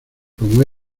como